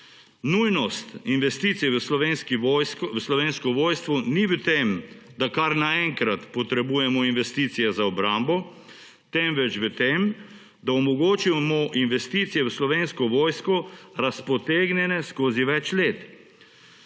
Nujnost v investicije v Slovensko vojsko ni v tem, da kar naenkrat potrebujemo investicije za obrambo, temveč v tem, da omogočimo investicije v Slovensko vojsko, razpotegnjene skozi več let.